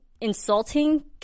insulting